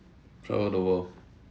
travel the world